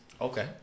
okay